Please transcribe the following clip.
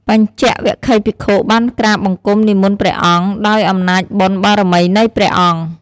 បញ្ចវគិ្គយ៍ភិក្ខុបានក្រាបបង្គំនិមន្តព្រះអង្គ ដោយអំណាចបុណ្យបារមីនៃព្រះអង្គ។